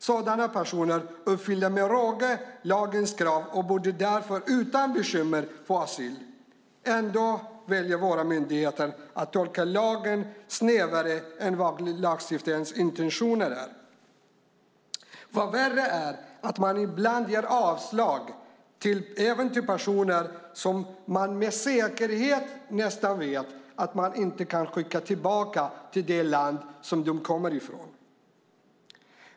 Sådana personer uppfyller med råge lagens krav och borde därför utan bekymmer få asyl. Ändå väljer våra myndigheter att tolka lagen snävare än vad lagstiftarens intentioner är. Vad som är värre är att man ibland ger avslag även till personer som man nästan med säkerhet vet att de inte kan skickas tillbaka till det land de kommer ifrån.